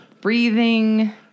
breathing